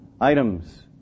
items